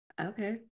okay